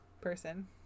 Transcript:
person